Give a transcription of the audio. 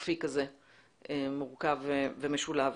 חופי מורכב ומשולב.